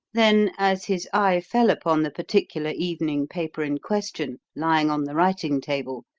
then, as his eye fell upon the particular evening paper in question lying on the writing-table,